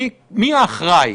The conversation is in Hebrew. מי אחראי?